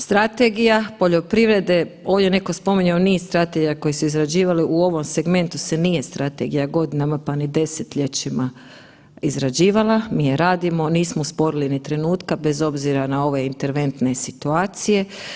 Strategija poljoprivrede, ovdje je neko spominjao niz strategija koje su se izrađivale, u ovom segmentu se nije strategija godinama pa ni desetljećima izrađivala, mi je radimo, nismo usporili ni trenutka bez obzira na ove interventne situacije.